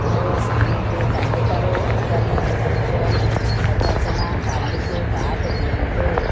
ମୋ ସାମଗ୍ରୀ ତାଲିକାରୁ ଅର୍ଗାନିକ ତତ୍ତ୍ଵ ଭଜା ଚଣା ଡାଲିକୁ ବାଦ ଦିଅନ୍ତୁ